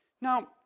Now